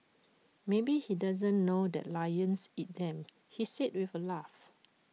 maybe he doesn't know that lions eat them he said with A laugh